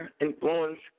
influence